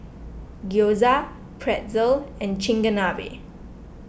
Gyoza Pretzel and Chigenabe